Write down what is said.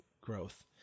growth